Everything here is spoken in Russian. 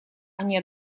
они